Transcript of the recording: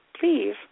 please